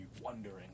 wondering